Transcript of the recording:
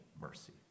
mercy